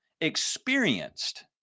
experienced